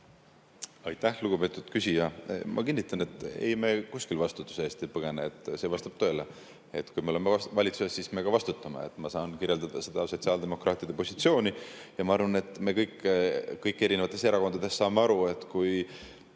Aitäh, lugupeetud küsija! Ma kinnitan, et, ei, me kuskile vastutuse eest ei põgene. See vastab tõele, et kui me oleme valitsuses, siis me ka vastutame. Ma saan kirjeldada sotsiaaldemokraatide positsiooni ja ma arvan, et me kõik erinevates erakondades saame aru, et kui